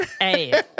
hey